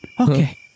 Okay